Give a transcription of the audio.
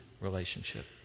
relationship